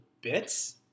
bits